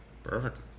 Perfect